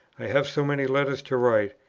i have so many letters to write,